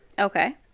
Okay